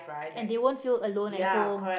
and they won't feel alone at home